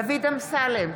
דוד אמסלם,